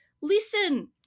listen